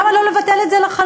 למה לא לבטל את זה לחלוטין?